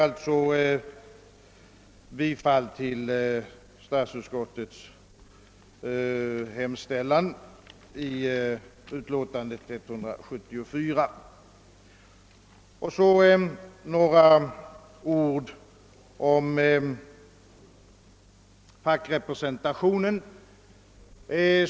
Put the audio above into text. Jag yrkar bifall till utskottets hemställan i statsutskottets utlåtande nr 174. | Sedan skall jag också säga något om fackrepresentationen.